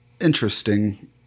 interesting